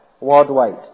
worldwide